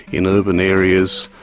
in urban areas,